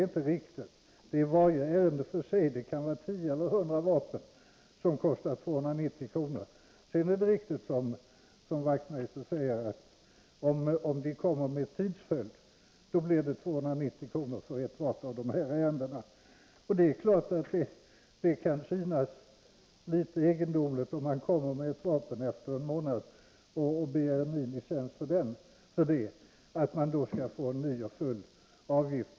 Varje ärende för sig, med 10 eller 100 vapen, kostar 290 kr. Det är riktigt, som Hans Wachtmeister säger, att om det kommer flera ansökningar efter varandra för ett vapen varje gång, blir avgiften 290 kr. för ett vapen. Det kan ju synas litet egendomligt, om man kommer med ett nytt vapen efter en månad och begär en licens för det, att man skall betala ytterligare en full avgift.